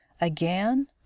Again